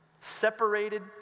Separated